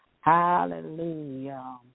hallelujah